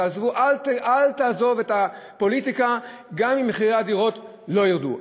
אל תעזוב את הפוליטיקה גם אם מחירי הדירות לא ירדו,